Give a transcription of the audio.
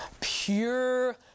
pure